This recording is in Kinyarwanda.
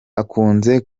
akunze